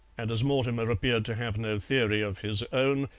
and as mortimer appeared to have no theory of his own,